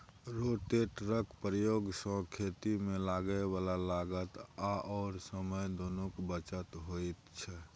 रोटेटरक प्रयोग सँ खेतीमे लागय बला लागत आओर समय दुनूक बचत होइत छै